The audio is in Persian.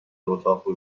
اتاق